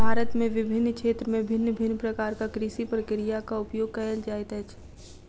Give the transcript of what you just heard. भारत में विभिन्न क्षेत्र में भिन्न भिन्न प्रकारक कृषि प्रक्रियाक उपयोग कएल जाइत अछि